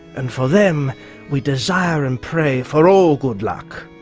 and for them we desire and pray for all good luck,